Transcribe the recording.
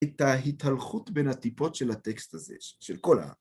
את ההתהלכות בין הטיפות של הטקסט הזה, של כל העם.